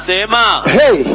Hey